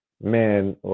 man